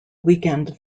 weekend